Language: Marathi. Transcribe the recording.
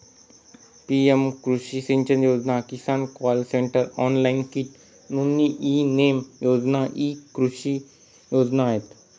पी.एम कृषी सिंचन योजना, किसान कॉल सेंटर, ऑनलाइन कीट नोंदणी, ई नेम योजना इ कृषी योजना आहेत